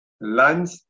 lunch